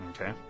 Okay